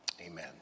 Amen